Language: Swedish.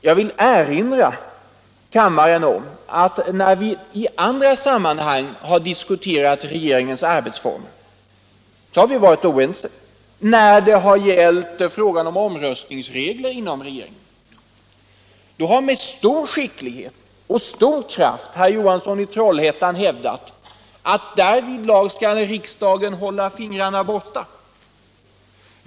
Jag vill erinra kammaren om att när vi i andra sammanhang har diskuterat regeringens arbetsformer har vi varit oense. När det har gällt frågan om omröstningsregler inom regeringen har herr Johansson i Trollhättan med stor skicklighet och stor kraft hävdat att därvidlag skall riks dagen hålla fingrarna borta.